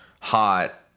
hot